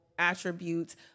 attributes